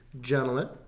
Gentlemen